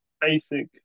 basic